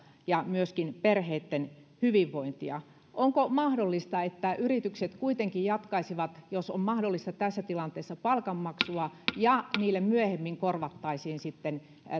ja myöskin perheitten hyvinvointia onko mahdollista että yritykset kuitenkin jatkaisivat jos on mahdollista tässä tilanteessa palkanmaksua ja niille myöhemmin korvattaisiin sitten